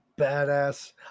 badass